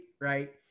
Right